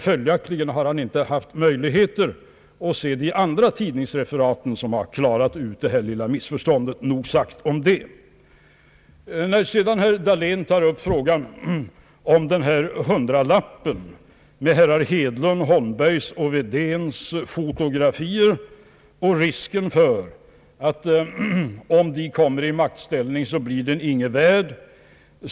Följaktligen har herr Dahlén inte haft möjligheter att se de andra tidningsreferaten, som har klarat ut det här lilla missförståndet. Nog sagt om det. Herr Dahlén tar sedan upp frågan om den där hundralappen med herrar Hedlunds, Holmbergs och Wedéns fotografier och risken för att om de kommer i maktställning så blir hundralappen ingenting värd.